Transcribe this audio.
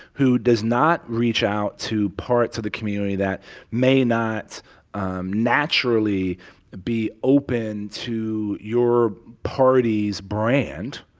who does not reach out to parts of the community that may not um naturally be open to your party's brand,